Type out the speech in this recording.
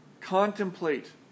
contemplate